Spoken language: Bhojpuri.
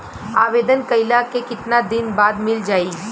आवेदन कइला के कितना दिन बाद मिल जाई?